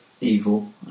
evil